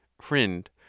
Friend